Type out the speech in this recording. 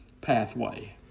pathway